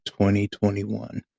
2021